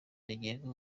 rigenga